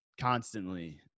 constantly